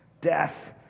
death